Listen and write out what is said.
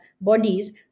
bodies